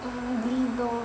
ugly door